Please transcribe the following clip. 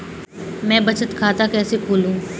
मैं बचत खाता कैसे खोलूं?